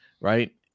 Right